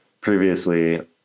previously